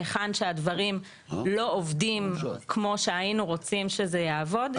היכן שהדברים לא עובדים כמו שהיינו רוצים שזה יעבוד,